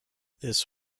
this